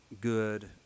good